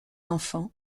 enfants